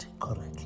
correctly